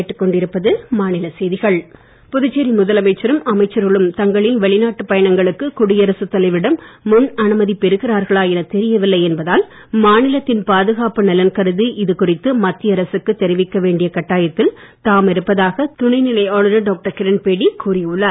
கிரண்பேடி புதுச்சேரி முதலமைச்சரும் அமைச்சர்களும் தங்களின் வெளிநாட்டு பயணங்களுக்கு குடியரசு தலைவரிடம் முன் அனுமதி பெறுகிறார்களா என தெரியவில்லை என்பதால் மாநிலத்தின் பாதுகாப்பு நலன் கருதி இதுகுறித்து மத்திய அரசுக்கு தெரிவிக்க வேண்டிய கட்டாயத்தில் தாம் இருப்பதாக துணை நிலை ஆளுநர் டாக்டர் கிரண்பேடி கூறி உள்ளார்